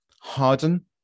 harden